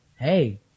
Hey